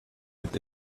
mit